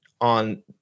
on